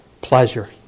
pleasure